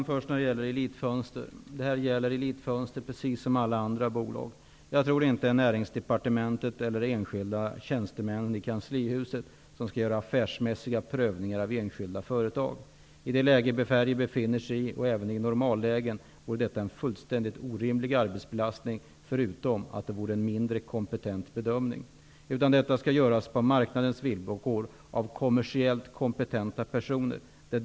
Fru talman! Det här gäller Elit-Fönster, precis som alla andra bolag. Jag tror inte att det är Näringsdepartementet eller enskilda tjänstemän i kanslihuset som skall göra affärsmässiga prövningar av enskilda företag. I nuvarande läge, och även i normalläget, vore detta en fullständigt orimlig arbetsbelastning. Dessutom vore det en mindre kompetent bedömning. Detta skall i stället göras på marknadens villkor av kommersiellt kompetenta personer.